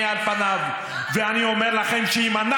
שורפים את הרצועה,